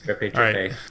right